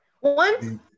One